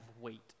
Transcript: weight